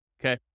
Okay